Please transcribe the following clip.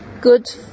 good